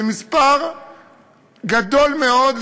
זה מספר גדול מאוד,